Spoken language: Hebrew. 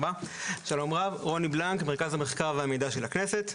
שלום רב, רוני בלנק, מרכז המחקר והמידע של הכנסת.